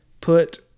put